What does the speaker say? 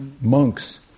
monks